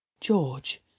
George